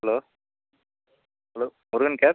hello hello Murugan caps